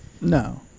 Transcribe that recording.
No